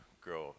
grow